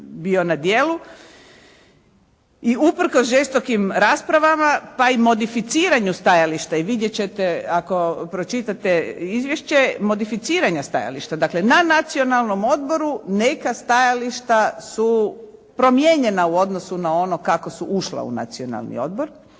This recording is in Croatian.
bio na djelu i uprkos žestokim raspravama pa i modificiranju stajališta i vidjet ćete ako pročitate izvješće, modificiranja stajališta. Dakle na Nacionalnom odboru neka stajališta su promijenjena u odnosu na ono kako su ušla u Nacionalni odbor.